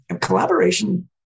collaboration